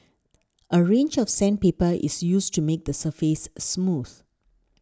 a range of sandpaper is used to make the surface smooth